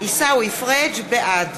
בעד